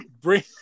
bring